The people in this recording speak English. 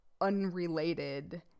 unrelated